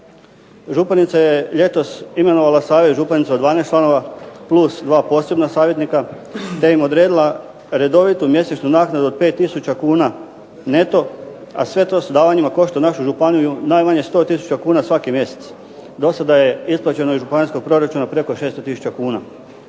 Županica je ljetos imenovala Savez županice od 12 članova plus 2 posebna savjetnika te im odredila redovitu mjesečnu naknadu od 5 tisuća kuna neto, a sve to sa davanjima košta našu županiju najmanje 100 tisuća kuna svaki mjesec. Dosada je isplaćeno iz županijskog proračuna preko 600 tisuća kuna.